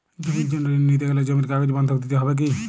জমির জন্য ঋন নিতে গেলে জমির কাগজ বন্ধক দিতে হবে কি?